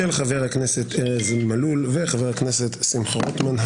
של חבר הכנסת ארז מלול וחבר הכנסת שמחה רוטמן,